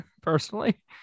personally